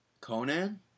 Conan